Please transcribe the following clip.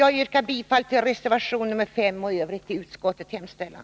Jag yrkar bifall till reservation 5 och i övrigt till utskottets hemställan.